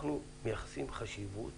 אנחנו מייחסים חשיבות